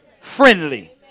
friendly